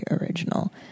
original